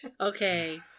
Okay